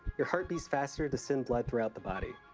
your heart beats faster to send blood throughout the body.